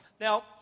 Now